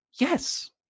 yes